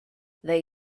they